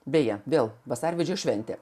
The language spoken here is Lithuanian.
beje vėl vasarvidžio šventė